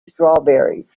strawberries